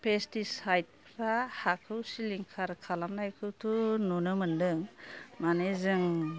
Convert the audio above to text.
pesticide फ्रा हाखौ सिलिंखार खालामनायखौथ' नुनो मोनदों माने जों